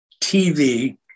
TV